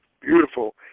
beautiful